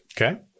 Okay